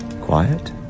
quiet